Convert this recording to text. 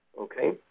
Okay